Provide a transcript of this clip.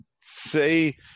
say